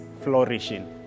flourishing